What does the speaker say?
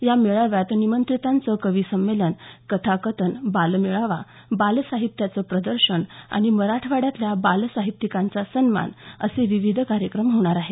या मेळाव्यात निमंत्रितांचं कवीसंमेलन कथाकथन बालमेळावा बालसाहित्याचं प्रदर्शन आणि मराठवाड्यातल्या बालसाहित्यिकांचा सन्मान असे विविध कार्यक्रम होणार आहेत